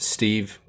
Steve